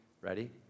ready